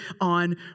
on